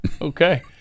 Okay